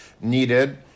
needed